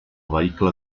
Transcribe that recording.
vehicle